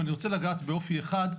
אני רוצה לגעת באופי אחד,